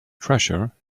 treasure